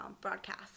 broadcast